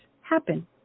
happen